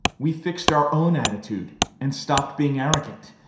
we fixed our own attitude and stopped being arrogant.